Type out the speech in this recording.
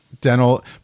dental